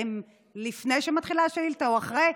האם לפני שמתחילה השאילתה או אחרי,